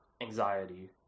anxiety